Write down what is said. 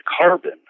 carbon